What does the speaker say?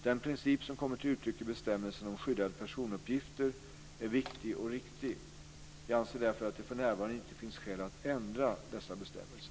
Den princip som kommer till uttryck i bestämmelserna om skyddade personuppgifter är viktig och riktig. Jag anser därför att det för närvarande inte finns skäl att ändra dessa bestämmelser.